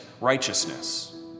righteousness